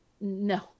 No